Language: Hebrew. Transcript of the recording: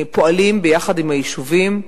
פועלים ביחד עם היישובים,